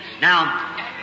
Now